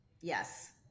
Yes